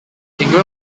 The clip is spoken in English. ingram